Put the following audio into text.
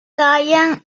callahan